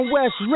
West